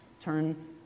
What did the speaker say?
Turn